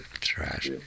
Trash